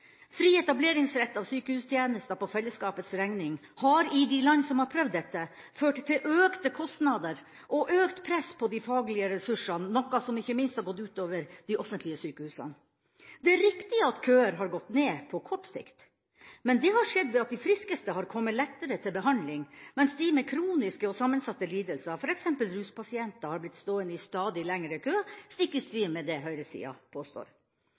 Fri etableringsrett av sykehustjenester på fellesskapets regning har i de land som har prøvd dette, ført til økte kostnader og økt press på de faglige ressursene, noe som ikke minst har gått ut over de offentlige sykehusene. Det er riktig at køer har gått ned på kort sikt, men det har skjedd ved at de friskeste har kommet lettere til behandling, mens de med kroniske og sammensatte lidelser – f.eks. ruspasienter – har blitt stående i stadig lengre køer, stikk i strid med det høyresida påstår.